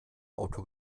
auto